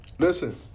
Listen